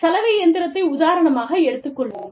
சலவை இயந்திரத்தை உதாரணமாக எடுத்துக் கொள்வோம்